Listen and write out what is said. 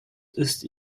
ist